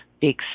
big